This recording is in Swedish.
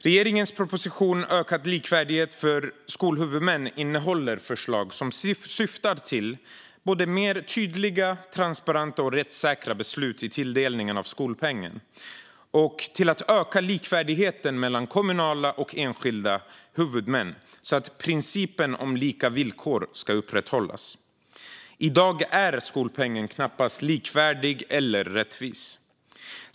Regeringens proposition Ökad likvärdighet för skolhuvudmän innehåller förslag som syftar både till mer tydliga, transparenta och rättssäkra beslut i tilldelningen av skolpengen och till att öka likvärdigheten mellan kommunala och enskilda huvudmän, så att principen om lika villkor ska upprätthållas. I dag är skolpengen knappast likvärdig eller rättvis.